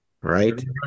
Right